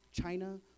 China